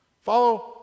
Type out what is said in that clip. Follow